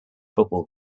football